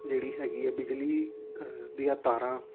ਜਿਹੜੀ ਹੈਗੀ ਆ ਬਿਜਲੀ ਦੀਆਂ ਤਾਰਾਂ